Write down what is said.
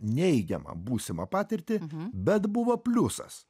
neigiamą būsimą patirtį bet buvo pliusas